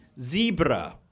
Zebra